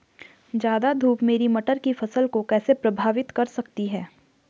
ज़्यादा धूप मेरी मटर की फसल को कैसे प्रभावित कर सकती है?